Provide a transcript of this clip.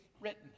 written